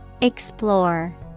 Explore